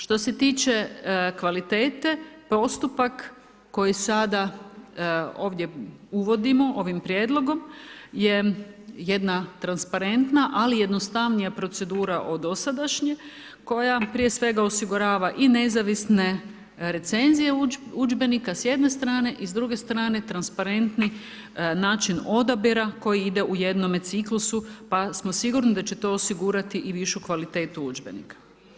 Što se tiče kvalitete postupak koji sada ovdje uvodimo, ovim prijedlogom je jedna transparentna ali jednostavnija procedura od dosadašnje koja prije svega osigurava i nezavisne recenzije udžbenika s jedne strane i s druge strane transparentni način odabira koji ide u jednome ciklusu pa smo sigurni da će to osigurati i višu kvalitetu udžbenika.